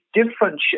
different